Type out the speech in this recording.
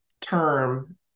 term